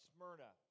Smyrna